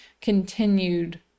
continued